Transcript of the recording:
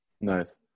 Nice